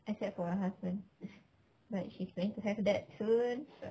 except for her husband like she's going to have that soon